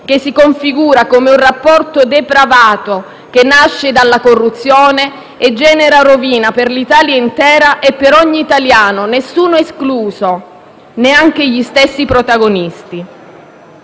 che si configura come un rapporto depravato, che nasce dalla corruzione e genera rovina per l'Italia intera e per ogni italiano, nessuno escluso, neanche gli stessi protagonisti.